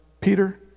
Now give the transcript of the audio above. peter